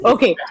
Okay